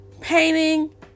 Painting